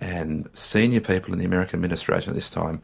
and senior people in the american administration this time,